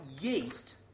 yeast